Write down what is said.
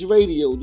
Radio